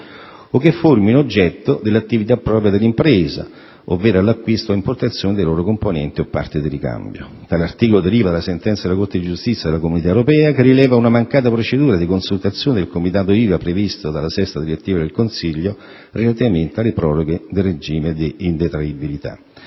o che formino oggetto dell'attività propria dell'impresa, ovvero all'acquisto o importazioni dei loro componenti e parti di ricambio. Tale articolo deriva dalla sentenza della Corte di giustizia della Comunità Europea che rileva una mancata procedura di consultazione del Comitato IVA previsto dalla VI direttiva del Consiglio, relativamente alle proroghe del regime di indetraibilità.